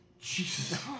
Jesus